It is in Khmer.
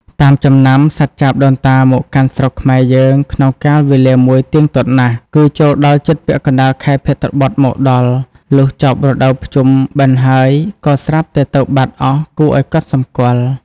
តាមចំណាំ សត្វចាបដូនតាមកកាន់ស្រុកខ្មែរយើងក្នុងកាលវេលាមួយទៀងទាត់ណាស់ គឺចូលដល់ជិតពាក់កណ្ដាលខែភទ្របទមកដល់ លុះចប់រដូវភ្ជុំបិណ្ឌហើយក៏ស្រាប់តែទៅបាត់អស់គួរឱ្យកត់សម្គាល់។